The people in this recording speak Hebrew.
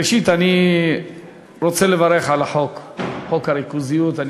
ראשית, אני רוצה לברך על החוק, חוק הריכוזיות.